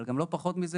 אבל גם לא פחות מזה,